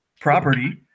property